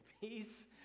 peace